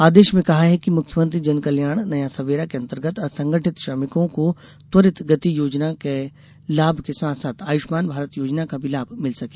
आदेश में कहा है कि मुख्यमंत्री जन कल्याण नया सबेरा के अंतर्गत असंगठित श्रमिकों को त्वरित गति योजनाओं के लाभ के साथ साथ आयुष्मान भारत योजना का भी लाभ मिल सके